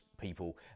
people